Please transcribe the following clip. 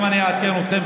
אני אעדכן אתכם,